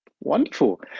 Wonderful